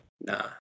Nah